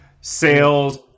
sales